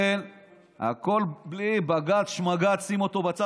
כן, הכול בלי בג"ץ, שמגץ.